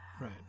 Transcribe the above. Right